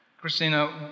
Christina